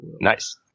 Nice